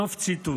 סוף ציטוט.